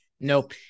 Nope